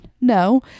No